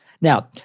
Now